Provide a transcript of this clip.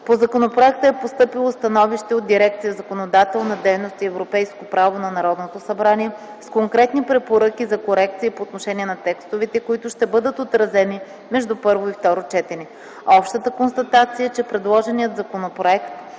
По законопроекта е постъпило становище от дирекция „Законодателна дейност и европейско право” на Народното събрание с конкретни препоръки за корекции по отношение на текстовете, които ще бъдат отразени между първо и второ четене. Общата констатация е, че предложеният законопроект